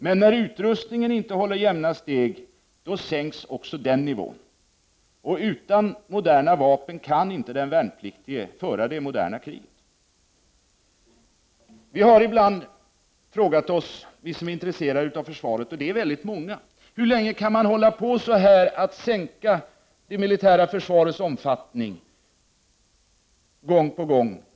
Men när utrustningen inte håller jämna steg, sänks också den nivån, för utan moderna vapen kan inte den värnpliktige föra det moderna kriget. Vi har ibland frågat oss, vi som är intresserade av försvaret, och det är väldigt många: Hur länge kan man hålla på att minska det militära försvarets omfattning gång på gång?